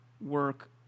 work